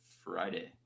Friday